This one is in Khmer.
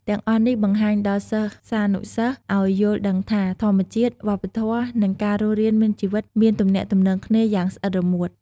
ទាំងអស់នេះ បង្ហាញដល់សិស្សានុសិស្សឱ្យយល់ដឹងថា ធម្មជាតិ វប្បធម៌ និង ការរស់រានមានជីវិតមានទំនាក់ទំនងគ្នាយ៉ាងស្អិតរមួត។